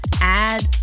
add